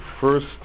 first